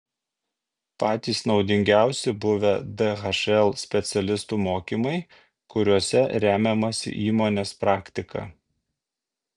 patys naudingiausi buvę dhl specialistų mokymai kuriuose remiamasi įmonės praktika